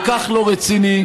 כל כך לא רציני.